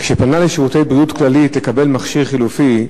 כשפנה החולה ל"שירותי בריאות כללית" כדי לקבל מכשיר חלופי,